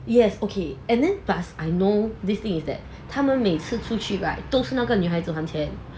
yes okay and then plus I know this thing is that 他们每次出去 right 都是那个女孩子还钱 that's what about cause I see a social medias like instagram messenger